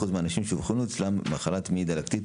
מהאנשים שאובחנה אצלם מחלת מעי דלקתית